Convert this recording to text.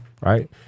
right